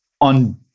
on